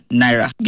naira